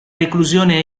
reclusione